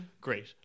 Great